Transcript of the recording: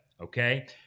Okay